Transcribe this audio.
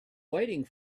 waiting